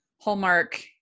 Hallmark